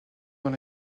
dans